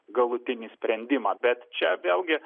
galutinį sprendimą bet čia vėlgi